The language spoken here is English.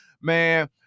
man